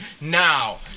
now